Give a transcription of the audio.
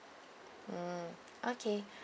mm okay